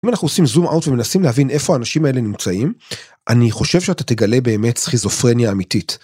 אם אנחנו עושים zoom out ומנסים להבין איפה האנשים האלה נמצאים, אני חושב שאתה תגלה באמת סכיזופרניה אמיתית.